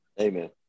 Amen